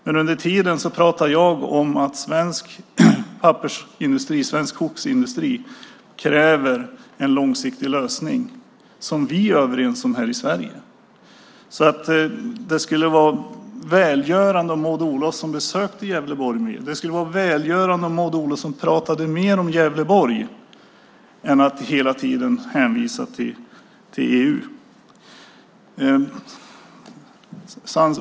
Men under tiden talar jag om att svensk pappersindustri och svensk skogsindustri kräver en långsiktig lösning som vi här i Sverige är överens om. Det skulle vara välgörande om Maud Olofsson besökte Gävleborg. Det skulle vara välgörande om Maud Olofsson talade mer om Gävleborg i stället för att hela tiden hänvisa till EU.